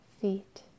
feet